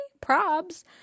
Probs